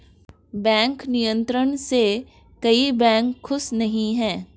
bank नियंत्रण से कई बैंक खुश नही हैं